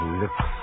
lips